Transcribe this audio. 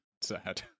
sad